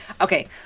Okay